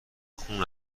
خون